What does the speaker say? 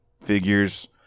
figures